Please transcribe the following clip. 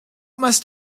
must